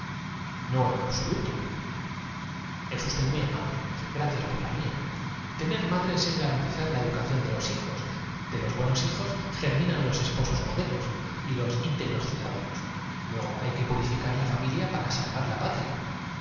porque en es usted muy amable gracias tonces atraviese por la mía tener madres es garantizar la educación de los sin ningún obstáculo hijos de los buenos hijos germinan los esposos modelos y los ínte pues bien el plan del gobierno es rogar á usted gros ciudadanos luego hay que purificar la familia que acepte en la expedición una docena de señoras para salvar la patria